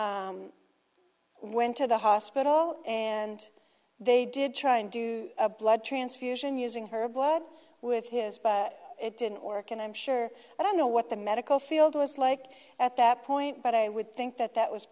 mom went to the hospital and they did try and do a blood transfusion using her blood with his but it didn't work and i'm sure i don't know what the medical field was like at that point but i would think that that was